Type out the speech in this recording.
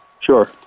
Sure